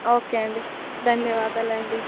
okay అండి ధన్యవాదాలండి